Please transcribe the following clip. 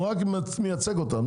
הוא רק מייצג אותם.